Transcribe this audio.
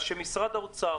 אז שמשרד האוצר,